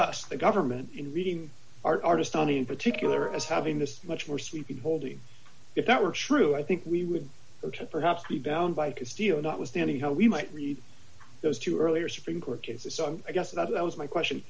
us the government in reading our artist on in particular as having this much more sweeping holding if that were true i think we would perhaps be bound by could steal notwithstanding how we might read those two earlier supreme court cases song i guess that was my question